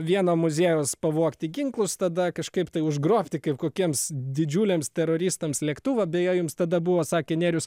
vieno muziejaus pavogti ginklus tada kažkaip tai užgrobti kaip kokiems didžiuliams teroristams lėktuvą beje jums tada buvo sakė nėrius